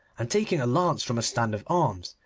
and taking a lance from a stand of arms,